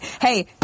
Hey